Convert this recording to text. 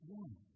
one